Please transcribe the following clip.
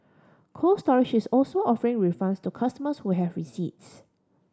Cold Storage is also offering refunds to customers who have receipts